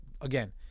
Again